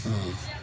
ம்